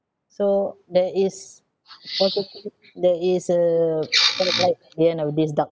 so there is possibility there is a what do you call it the end of this dark